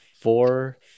four